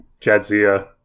Jadzia